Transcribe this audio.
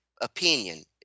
opinion